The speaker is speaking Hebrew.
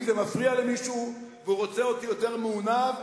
אם זה מפריע למישהו והוא רוצה אותי יותר מעונב,